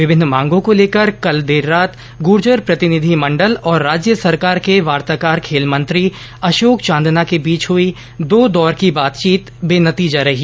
विभिन्न मांगों को लेकर कल देर रात गुर्जर प्रतिनिधि मंडल और राज्य सरकार के वार्ताकार खेल मंत्री अशोक चांदना के बीच हुई दो दौर की बातचीत बेनतीजा रही